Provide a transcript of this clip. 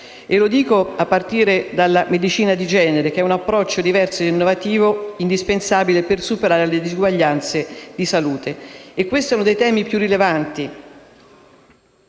e lo dico a partire dalla medicina di genere, che è un approccio diverso ed innovativo, indispensabile per superare le disuguaglianze di salute. Questo è uno dei temi più rilevanti,